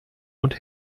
und